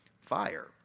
fire